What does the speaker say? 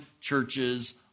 churches